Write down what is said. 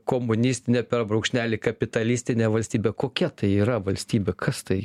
komunistinė per brūkšnelį kapitalistinė valstybė kokia tai yra valstybė kas tai